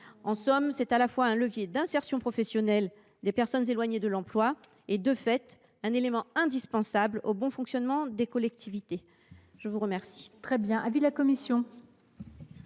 PEC est à la fois un levier d’insertion professionnelle pour les personnes éloignées de l’emploi et, de fait, un élément indispensable au bon fonctionnement des collectivités. Quel